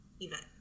event